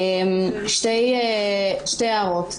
יש לי שתי הערות.